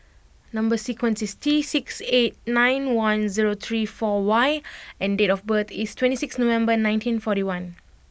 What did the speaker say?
number sequence is T six eight nine one zero three four Y and date of birth is twenty sixth November nineteen forty one